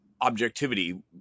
objectivity